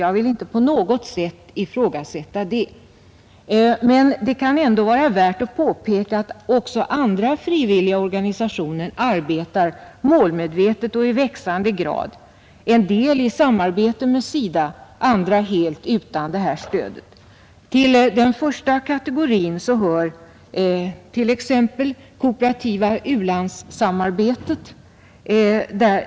Jag vill inte alls ifrågasätta riktigheten av det, men det kan ändå vara värt att påpeka att också andra frivilliga organisationer arbetar målmedvetet och i växande grad, en del i samarbete med SIDA, andra helt utan stöd. Till den första kategorin hör t.ex. det kooperativa u-landssamarbetet.